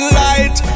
light